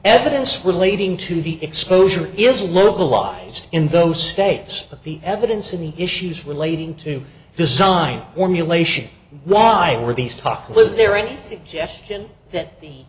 evidence relating to the exposure is localized in those states but the evidence of the issues relating to design formulation why were these talks list there any suggestion that the